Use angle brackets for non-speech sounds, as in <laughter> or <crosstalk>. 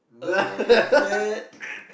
<laughs>